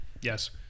Yes